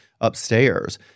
upstairs